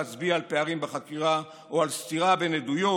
ואצביע על פערים בחקירה או על סתירה בין עדויות,